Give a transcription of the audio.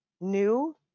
new